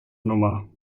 nummer